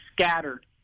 scattered